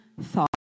thought